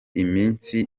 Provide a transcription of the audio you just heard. iminsi